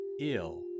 ill